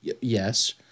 Yes